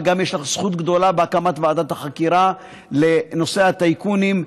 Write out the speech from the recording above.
וגם יש לך זכות גדולה בהקמת ועדת החקירה לנושא הטייקונים,